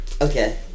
Okay